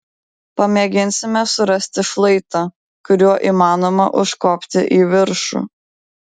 pamėginsime surasti šlaitą kuriuo įmanoma užkopti į viršų